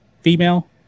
female